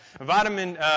vitamin